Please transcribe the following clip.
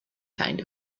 kind